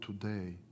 today